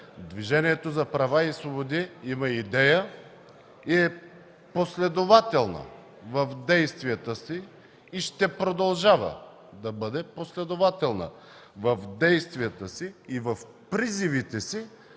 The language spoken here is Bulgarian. Движението за права и свободи има идея, последователна е в действията си и ще продължава да бъде последователна и в призивите си